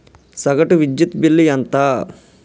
సగటు విద్యుత్ బిల్లు ఎంత?